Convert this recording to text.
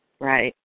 Right